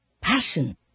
passion